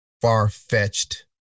far-fetched